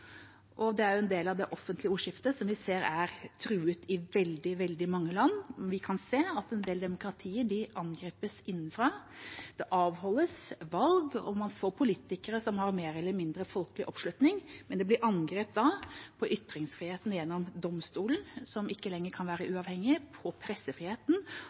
Det er en del av det offentlige ordskiftet som vi ser er truet i veldig mange land, men vi kan se at en del demokratier angripes innenfra. Det avholdes valg, og man får politikere som mer eller mindre har folkelig oppslutning, men det blir angrep på ytringsfriheten gjennom domstolene, som ikke lenger kan være uavhengige, og pressefriheten